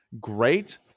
great